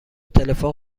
تلفن